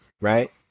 right